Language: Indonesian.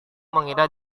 mengira